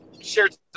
shared